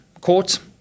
court